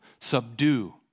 subdue